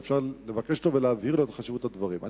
אבל אפשר לבקש ממנו ולהבהיר לו את חשיבות הדברים.